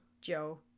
Joe